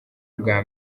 bwa